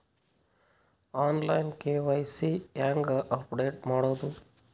On line KYC ಹೇಂಗ update ಮಾಡೋದು?